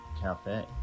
Cafe